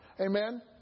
Amen